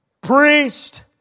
priest